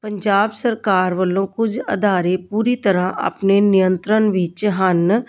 ਪੰਜਾਬ ਸਰਕਾਰ ਵੱਲੋਂ ਕੁਝ ਅਦਾਰੇ ਪੂਰੀ ਤਰ੍ਹਾਂ ਆਪਣੇ ਨਿਯੰਤਰਣ ਵਿੱਚ ਹਨ